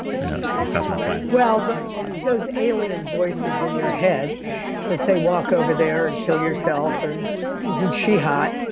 who knows? at least, that's my plan well, those those alien voices in your head that say walk over there and kill yourself, or isn't she hot,